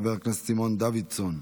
חבר הכנסת סימון דוידסון,